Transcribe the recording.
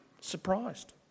surprised